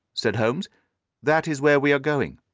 said holmes that is where we are going.